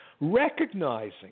recognizing